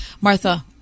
Martha